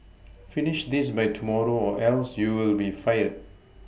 finish this by tomorrow or else you'll be fired